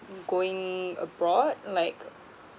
mm going abroad like